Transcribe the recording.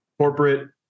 Corporate